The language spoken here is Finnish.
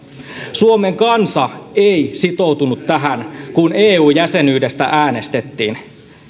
suomen kansa ei sitoutunut tähän kun eu jäsenyydestä äänestettiin